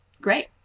great